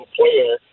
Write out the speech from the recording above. player